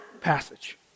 passage